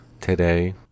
today